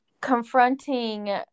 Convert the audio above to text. confronting